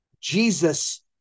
Jesus